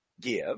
give